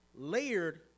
layered